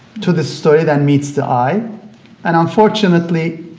to this story than meets the eye and unfortunately,